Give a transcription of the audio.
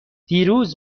دیروز